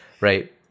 right